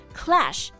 clash